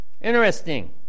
Interesting